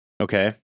Okay